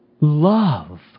love